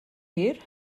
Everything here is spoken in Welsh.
hir